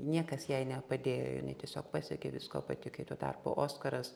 niekas jai nepadėjo jinai tiesiog pasiekė visko pati kai tuo tarpu oskaras